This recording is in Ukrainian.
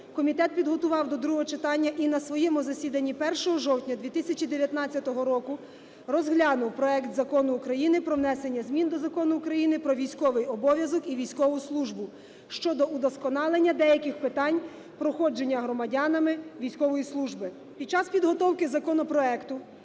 комітет підготував до другого читання і на своєму засіданні 1 жовтня 2019 року розглянув проект Закону про внесення змін до Закону України "Про військовий обов'язок і військову службу" щодо удосконалення деяких питань проходження громадянами військової служби. Під час підготовки законопроекту